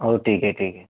हो ठीक आहे ठीक आहे